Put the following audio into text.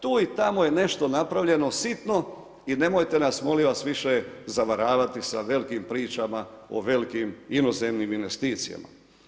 Tu i tamo je nešto napravljeno sitno i nemojte nas molim vas više zavaravati sa velikim pričama o velikim inozemnim investicijama.